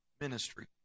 ministry